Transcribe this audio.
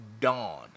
dawn